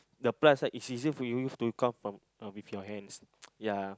the plus right is easier for you used to count from uh with your hands ya